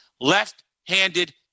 Left-handed